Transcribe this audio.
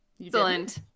excellent